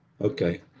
Okay